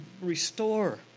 restore